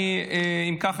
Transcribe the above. אם כך,